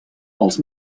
els